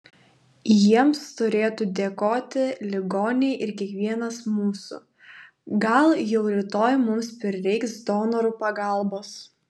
jiems turėtų dėkoti ligoniai ir kiekvienas mūsų gal jau rytoj mums prireiks donorų pagalbos